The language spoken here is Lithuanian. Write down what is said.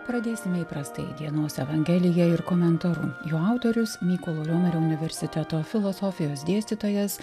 pradėsime įprastai dienos evangelija ir komentaru jo autorius mykolo romerio universiteto filosofijos dėstytojas